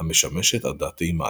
המשמש את עדת תימן,